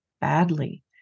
badly